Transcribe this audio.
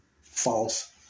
False